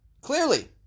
Clearly